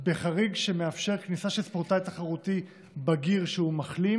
בחריג שמאפשר כניסה של ספורטאי תחרותי בגיר שהוא מחלים,